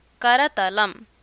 Karatalam